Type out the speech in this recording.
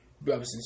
brothers